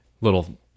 little